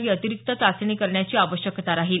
ही अतिरिक्त चाचणी करण्याची आवश्यकता राहील